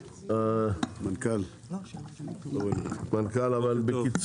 המנכ"ל, בבקשה.